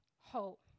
hope